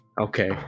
Okay